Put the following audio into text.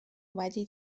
wedi